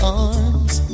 arms